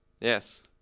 Yes